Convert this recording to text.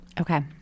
okay